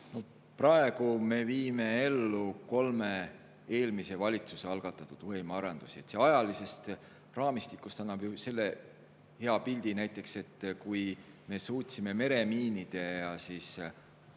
Praegu me viime ellu kolme eelmise valitsuse algatatud võimearendusi. Ajalisest raamistikust annab hea pildi näiteks see, et me suutsime meremiinide ja